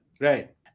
right